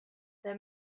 that